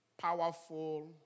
powerful